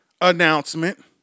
announcement